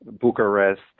Bucharest